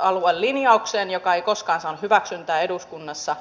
alueen linjaukseen joka ei koskaan saanut hyväksyntää eduskunnassa